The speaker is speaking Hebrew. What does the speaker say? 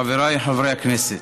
חבריי חברי הכנסת,